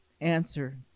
answer